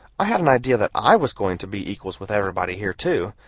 i had an idea that i was going to be equals with everybody here, too,